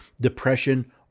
depression